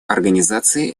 организации